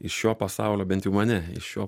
iš šio pasaulio bent mane iš šio